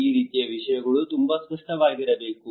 ಈ ರೀತಿಯ ವಿಷಯಗಳು ತುಂಬಾ ಸ್ಪಷ್ಟವಾಗಿರಬೇಕು